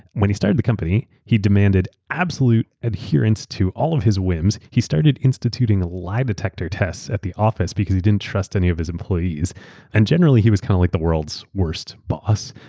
when he started the company he demanded absolute adherence to all of his whims. he started instituting lie detector tests at the office because he didn't trust any of his employees and generally he was kind of like the world's worst boss.